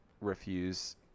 refuse